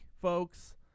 folks